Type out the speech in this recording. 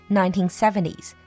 1970s